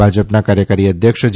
ભાજપના કાર્યકારી અધ્યક્ષ જે